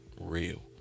real